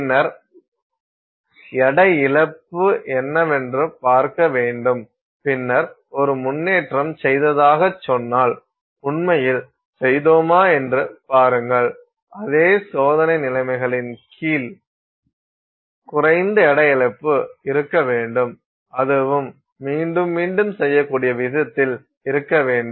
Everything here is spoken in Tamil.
பின்னர் எடை இழப்பு என்னவென்று பார்க்க வேண்டும் பின்னர் ஒரு முன்னேற்றம் செய்ததாகச் சொன்னால் உண்மையில் செய்தோமா என்று பாருங்கள் அதே சோதனை நிலைமைகளின் கீழ் குறைந்த எடை இழப்பு இருக்க வேண்டும் அதுவும் மீண்டும் மீண்டும் செய்யக்கூடிய விதத்தில் இருக்க வேண்டும்